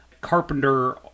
Carpenter